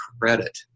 credit